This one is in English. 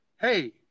hey